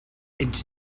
into